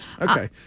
Okay